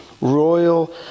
royal